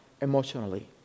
emotionally